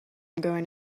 going